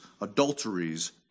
adulteries